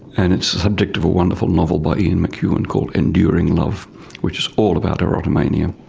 and it's a subject of a wonderful novel by ian mcewan called enduring love which is all about erotomania.